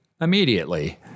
immediately